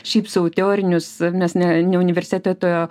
šiaip sau teorinius mes ne ne universiteto